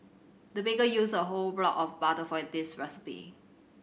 the baker used a whole block of butter for a this recipe